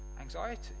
anxiety